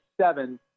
seven